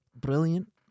brilliant